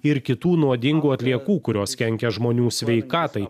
ir kitų nuodingų atliekų kurios kenkia žmonių sveikatai